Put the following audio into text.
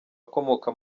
akomoka